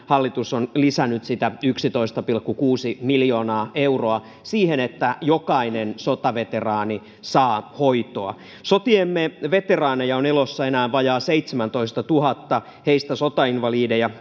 hallitus on lisännyt sitä yksitoista pilkku kuusi miljoonaa euroa siihen että jokainen sotaveteraani saa hoitoa sotiemme veteraaneja on elossa enää vajaa seitsemäntoistatuhatta heistä sotainvalideja